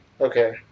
Okay